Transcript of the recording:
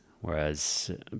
whereas